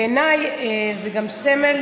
בעיניי זה גם סמל